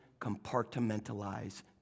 compartmentalize